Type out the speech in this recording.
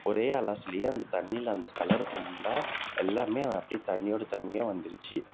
ஒரே அலாசுலேயே அந்த தண்ணியில் அந்த கலரு ஃபுல்லாக எல்லாம் அப்படியே தண்ணியோட தண்ணியாக வந்துடுச்சு